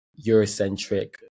Eurocentric